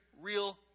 real